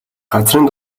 газрын